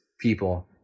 people